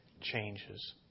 changes